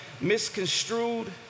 misconstrued